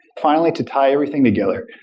finally, to tie everything together,